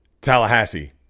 Tallahassee